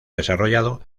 desarrollado